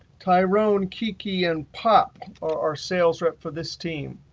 tyrone, kiki, and pop are our sales rep for this team.